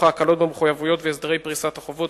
ההקלות במחויבויות והסדרי פריסת חובות,